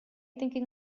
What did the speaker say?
thinking